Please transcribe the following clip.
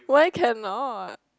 why cannot